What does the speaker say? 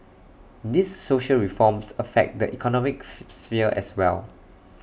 these social reforms affect the economic sphere as well